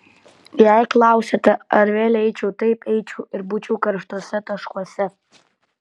jei klausiate ar vėl eičiau taip eičiau ir būčiau karštuose taškuose